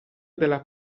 della